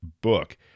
book